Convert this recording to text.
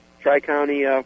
Tri-County